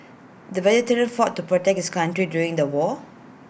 the veteran fought to protect his country during the war